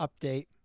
update